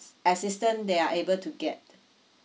assistant they are able to get